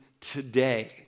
today